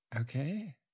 Okay